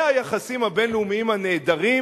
זה היחסים הבין-לאומיים הנהדרים